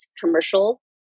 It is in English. commercial